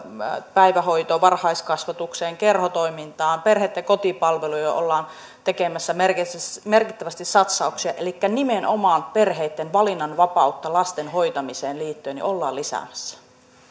päivähoitoon varhaiskasvatukseen kerhotoimintaan perheitten kotipalveluihin ollaan tekemässä merkittävästi satsauksia elikkä nimenomaan perheitten valinnanvapautta lasten hoitamiseen liittyen ollaan lisäämässä